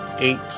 Eight